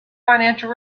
financial